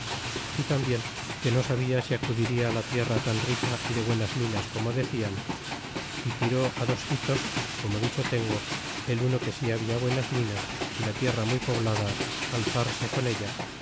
y tambien que no sabia si acudiria la tierra tan rica y de buenas minas como decian y tiró dos hitos como dicho tengo el uno que si habia buenas minas y la tierra muy poblada alzarse con ella